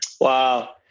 Wow